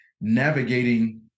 navigating